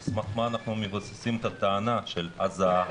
על סמך מה אנחנו מבססים את הטענה של הזעה,